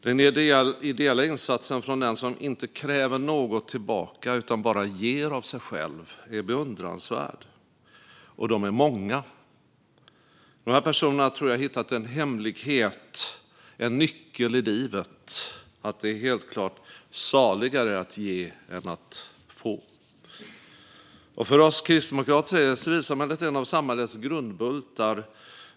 De ideella insatserna från dem som inte kräver något tillbaka utan bara ger av sig själva är beundransvärda. Och de är många! De här personerna tror jag har hittat en hemlighet, en nyckel i livet: Det är helt klart saligare att ge än att få. För oss kristdemokrater är civilsamhället en av samhällets grundbultar.